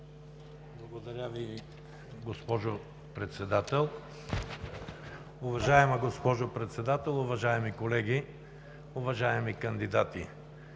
Благодаря Ви, госпожо Председател. Уважаема госпожо Председател, уважаеми колеги, уважаеми кандидати